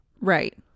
Right